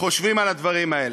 חושבים על הדברים האלה.